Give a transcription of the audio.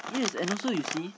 yes and also you see